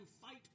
fight